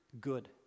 good